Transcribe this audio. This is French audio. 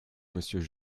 monsieur